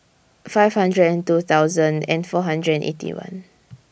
five hundred and two thousand and four hundred and Eighty One